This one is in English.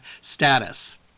status